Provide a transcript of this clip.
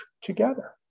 together